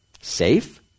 Safe